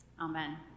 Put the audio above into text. amen